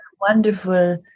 wonderful